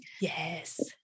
Yes